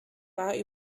war